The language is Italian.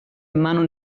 mano